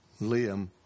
Liam